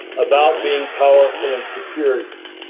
about being powerful and superior.